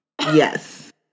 Yes